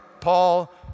Paul